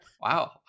wow